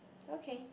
okay